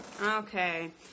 Okay